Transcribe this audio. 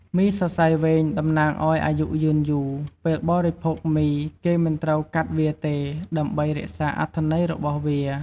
មីសសៃវែង តំណាងឱ្យអាយុយឺនយូរ ពេលបរិភោគមី គេមិនត្រូវកាត់វាទេ ដើម្បីរក្សាអត្ថន័យរបស់វា។